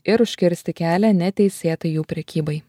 ir užkirsti kelią neteisėtai jų prekybai